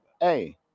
hey